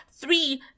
three